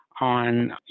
on